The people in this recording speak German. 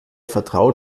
vertraut